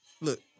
look